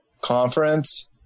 conference